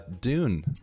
Dune